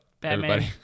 Batman